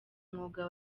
mwuga